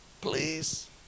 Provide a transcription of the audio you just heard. please